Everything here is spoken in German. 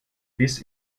biss